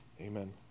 Amen